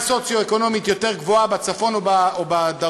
סוציו-אקונומית הרבה יותר גבוהה בצפון או בדרום,